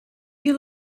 you